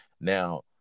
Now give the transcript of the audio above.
Now